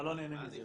אתה לא נהנה מזה.